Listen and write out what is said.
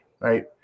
right